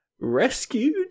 rescued